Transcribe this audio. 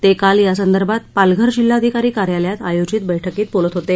ते काल यासंदर्भात पालघर जिल्हाधिकारी कार्यालयात आयोजित बैठकीत बोलत होते